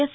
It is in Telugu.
ఎస్